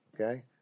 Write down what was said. okay